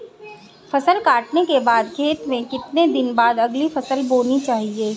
फसल काटने के बाद खेत में कितने दिन बाद अगली फसल बोनी चाहिये?